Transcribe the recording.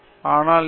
நான் எம்